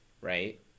right